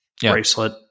bracelet